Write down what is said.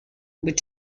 with